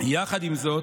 יחד עם זאת,